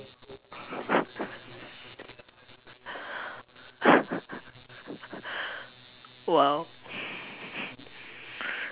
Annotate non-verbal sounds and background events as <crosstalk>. <laughs> !wow!